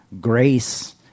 grace